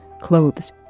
clothes